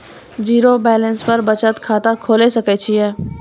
Zero balance पर बचत खाता खोले सकय छियै?